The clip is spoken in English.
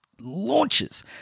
launches